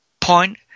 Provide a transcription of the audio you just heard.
point